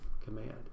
command